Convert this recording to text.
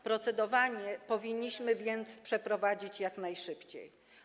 Procedowanie powinniśmy więc przeprowadzić jak najszybciej.